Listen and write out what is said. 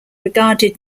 regarded